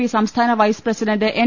P സംസ്ഥാന vice president N